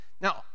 now